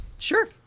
Sure